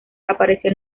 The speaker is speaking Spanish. apareció